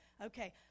Okay